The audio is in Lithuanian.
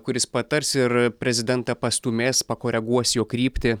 kuris patars ir prezidentą pastūmės pakoreguos jo kryptį